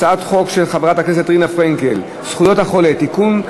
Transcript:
הצעת חוק של חברת הכנסת רינה פרנקל: הצעת חוק זכויות החולה (תיקון,